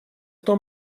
том